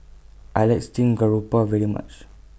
I like Steamed Garoupa very much